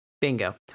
bingo